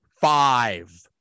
five